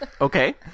Okay